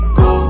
go